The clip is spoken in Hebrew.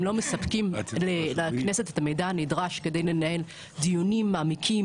אם לא מספקים לכנסת את המידע הנדרש כדי לנהל דיונים מעמיקים,